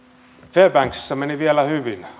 fairbanksissa meni vielä hyvin